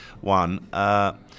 one